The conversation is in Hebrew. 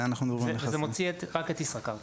זה מוציא רק את ישראכרט.